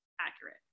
accurate